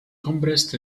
compressed